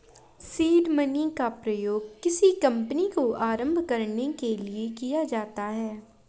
seed money का प्रयोग किसी कंपनी को आरंभ करने के लिए किया जाता है